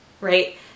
right